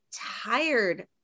tired